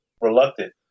reluctant